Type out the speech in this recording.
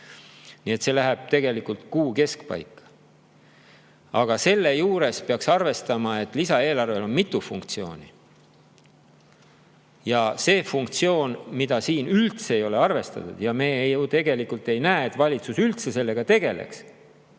Nii et see läheb tegelikult kuu keskpaika. Aga selle juures peaks arvestama, et lisaeelarvel on mitu funktsiooni. Ühte funktsiooni ei ole üldse arvestatud – me ju tegelikult ei näe, et valitsus üldse sellega tegeleks